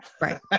Right